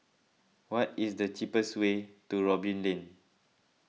what is the cheapest way to Robin Lane